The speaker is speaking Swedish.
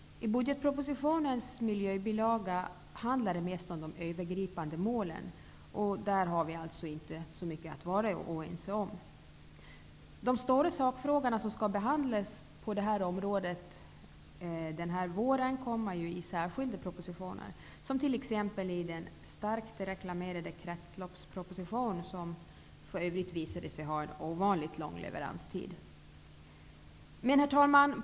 I budgetpropositionens miljöavsnitt handlar det mest om de övergripande målen, och där har vi alltså inte mycket att vara oense om. De stora sakfrågorna på detta område som skall behandlas denna vår kommer i särskilda propositioner, t.ex. i den starkt reklamerade kretsloppsproposition, som för övrigt visade sig ha en ovanligt lång leveranstid. Herr talman!